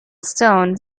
stone